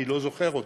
אני לא זוכר אותה,